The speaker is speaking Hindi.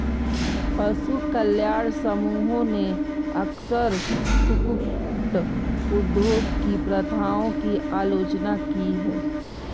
पशु कल्याण समूहों ने अक्सर कुक्कुट उद्योग की प्रथाओं की आलोचना की है